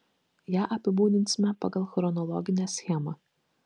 ją apibūdinsime pagal chronologinę schemą